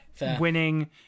winning